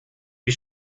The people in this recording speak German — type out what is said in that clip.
wie